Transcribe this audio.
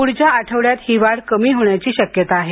पुढच्या आठवड्यात ही वाढ कमी होण्याची शक्यता आहे